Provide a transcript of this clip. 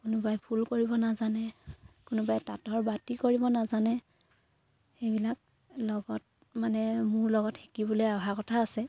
কোনোবাই ফুল কৰিব নাজানে কোনোবাই তাঁতৰ বাতি কৰিব নাজানে সেইবিলাক লগত মানে মোৰ লগত শিকিবলে অহা কথা আছে